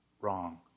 wrong